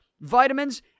vitamins